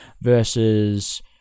versus